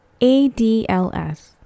ADLS